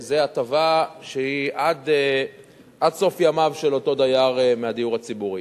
זו הטבה שהיא עד סוף ימיו של אותו דייר בדיור הציבורי.